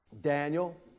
Daniel